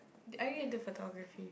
are you into photography